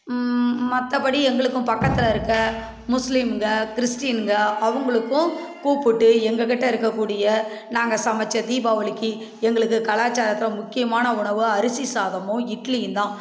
மற்றப்படி எங்களுக்கும் பக்கத்தில் இருக்கற முஸ்லீம்கள் கிறிஸ்டீன்கள் அவங்களுக்கும் கூப்பிட்டு எங்கள்கிட்ட இருக்கக்கூடிய நாங்கள் சமைச்ச தீபாவளிக்கு எங்களுக்கு கலாச்சாரத்தை முக்கியமான உணவாக அரிசி சாதமும் இட்லியும்தான்